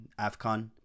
AFCON